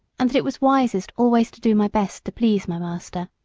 and that it was wisest always to do my best to please my master